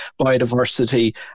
biodiversity